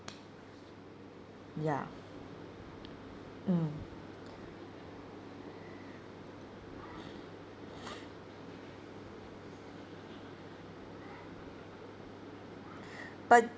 ya mm but